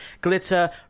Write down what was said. Glitter